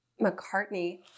McCartney